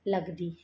ਲੱਗਦੀ ਹੈ